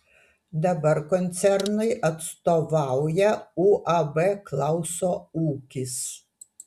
dabar koncernui atstovauja uab klauso ūkis